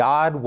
God